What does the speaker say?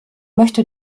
möchte